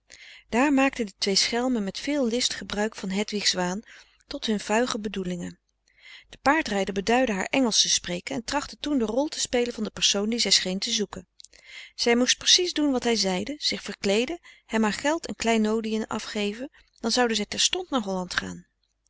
daar maakten de twee schelmen met veel list gebruik van hedwigs waan tot hun vuige bedoelingen de paardrijder beduidde haar engelsch te spreken en trachtte toen de rol te spelen van de persoon die zij scheen te zoeken zij moest precies doen wat hij zeide zich verkleeden hem haar geld en kleinodiën afgeven dan zouden zij terstond naar holland gaan